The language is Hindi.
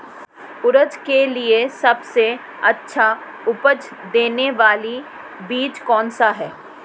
उड़द के लिए सबसे अच्छा उपज देने वाला बीज कौनसा है?